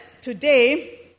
today